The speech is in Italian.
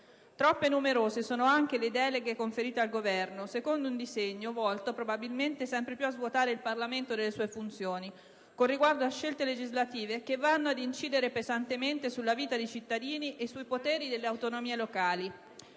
Troppe e numerose sono anche le deleghe conferite al Governo, secondo un disegno volto probabilmente sempre più a svuotare il Parlamento delle sue funzioni con riguardo a scelte legislative che vanno ad incidere pesantemente sulla vita dei cittadini e sui poteri delle autonomie locali.